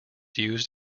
used